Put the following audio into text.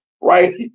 right